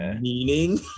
meaning